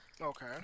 Okay